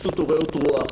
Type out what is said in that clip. שטות ורעות רוח,